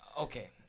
Okay